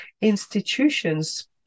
institutions